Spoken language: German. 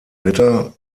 ritter